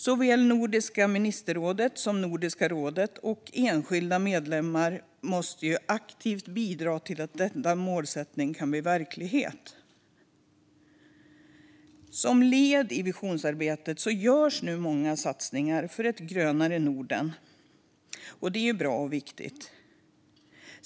Såväl Nordiska ministerrådet som Nordiska rådet och enskilda medlemmar måste aktivt bidra till att dessa målsättningar kan bli verklighet. Som led i visionsarbetet görs många satsningar för ett grönare Norden. Det är bra och viktigt.